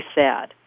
sad